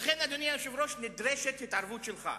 לכן, אדוני היושב-ראש, נדרשת התערבות שלך.